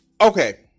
okay